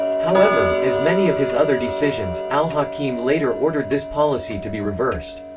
however, as many of his other decisions, al-hakim later ordered this policy to be reversed.